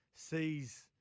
Sees